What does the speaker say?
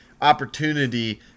opportunity